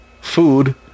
food